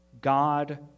God